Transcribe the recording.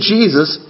Jesus